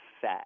fat